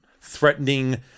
threatening